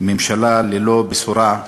"ממשלה ללא בשורה",